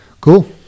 Cool